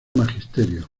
magisterio